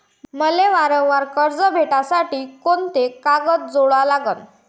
मले वावरावर कर्ज भेटासाठी कोंते कागद जोडा लागन?